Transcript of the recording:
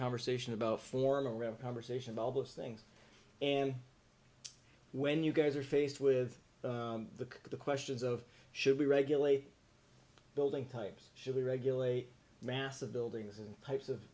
conversation about form around conversation all those things and when you guys are faced with the the questions of should we regulate building types should we regulate massive buildings and types of